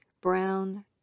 Brown